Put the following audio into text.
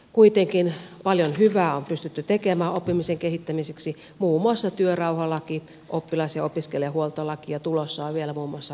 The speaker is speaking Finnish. kuitenkin paljon hyvää on pystytty tekemään oppimisen kehittämiseksi muun muassa työrauhalaki oppilas ja opiskelijahuoltolaki ja tulossa on vielä muun muassa varhaiskasvatuslaki